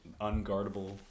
unguardable